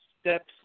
steps